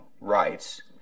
rights